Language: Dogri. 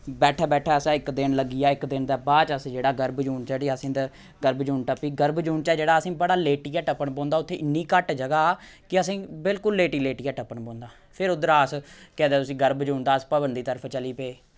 बैठै बैठै असें इक दिन लग्गी गेआ इक दिन दे बाद च अस जेह्ड़ा गर्वजून जेह्ड़ी अस इं'दे गर्वजून टप्पी गर्वजून चा जेह्ड़ा असें बड़ा लेटियै टप्पन पौंदा उत्थै इन्नी घट्ट जगह कि असें बिलकुल लेटी लेटियै टप्पन पौंदा फिर उद्धरा अस केह् आखदे उसी गर्वजून दा अस भवन दी तरफ चली पे